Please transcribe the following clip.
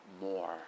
more